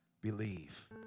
believe